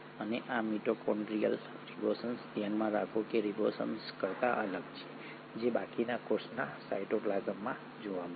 અને આ mitochondrial ribosomes ધ્યાનમાં રાખો કે રિબોસોમ્સ કરતા અલગ છે જે બાકીના કોષના સાયટોપ્લાસમમાં જોવા મળશે